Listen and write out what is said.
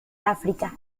áfrica